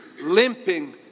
limping